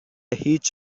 هیچ